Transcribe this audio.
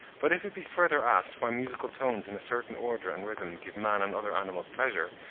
but if it be further asked why musical tones in a certain order and rhythm give man and other animals pleasure,